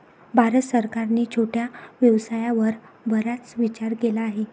भारत सरकारने छोट्या व्यवसायावर बराच विचार केला आहे